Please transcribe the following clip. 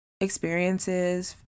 experiences